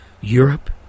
Europe